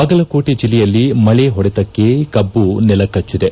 ಬಾಗಲಕೋಟೆ ಜಿಲ್ಲೆಯಲ್ಲಿ ಮಳೆ ಹೊಡೆತಕ್ಕೆ ಕಬ್ಬು ನೆಲಕಟ್ಟದೆ